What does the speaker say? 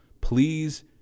Please